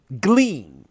glean